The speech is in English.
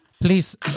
Please